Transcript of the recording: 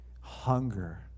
hunger